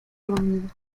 dormidos